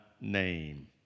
name